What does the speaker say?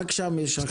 רק שם יש הכרעות.